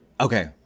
Okay